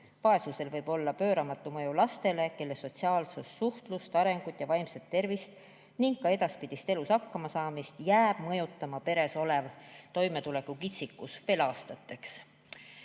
Vaesusel võib olla pöördumatu mõju lastele, kelle sotsiaalset suhtlust, arengut ja vaimset tervist ning ka edaspidises elus hakkamasaamist jääb pere toimetulekukitsikus mõjutama